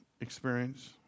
experience